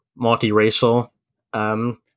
multiracial